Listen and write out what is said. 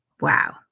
Wow